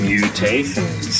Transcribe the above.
Mutations